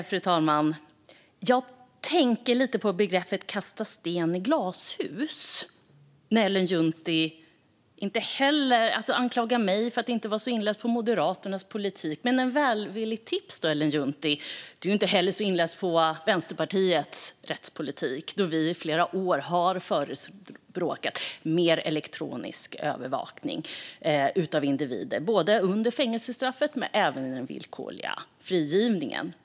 Fru talman! Jag tänker lite på begreppet kasta sten i glashus när Ellen Juntti anklagar mig för att inte vara så inläst på Moderaternas politik. Ett välvilligt tips, Ellen Juntti: Du är inte heller så inläst på Vänsterpartiets rättspolitik. Vi har i flera år förespråkat mer elektronisk övervakning av individer, under fängelsestraffet men även under den villkorliga frigivningen.